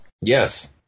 Yes